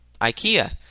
Ikea